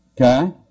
okay